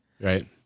Right